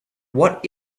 what